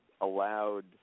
allowed